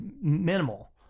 minimal